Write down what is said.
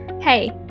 Hey